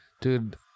Dude